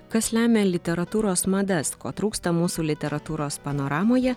kas lemia literatūros madas ko trūksta mūsų literatūros panoramoje